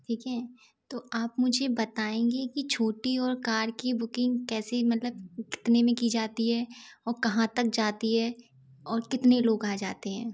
ठीक है तो आप मुझे बताएंगे कि छोटी और कार की बुकिंग कैसे मतलब कितने मे की जाती है और कहाँ तक जाती है और कितने लोग आ जाते हैं